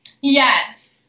Yes